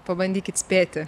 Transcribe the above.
pabandykit spėti